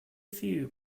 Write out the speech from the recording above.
few